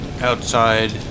outside